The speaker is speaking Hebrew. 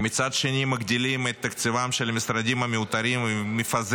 ומצד שני מגדילים את תקציבם של משרדים מיותרים ומפזרים